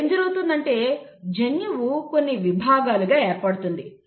ఇక్కడ ఏం జరుగుతుంది అంటే జన్యువు కొన్ని విభాగాలుగా ఏర్పడుతుంది